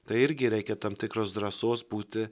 tai irgi reikia tam tikros drąsos būti